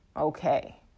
okay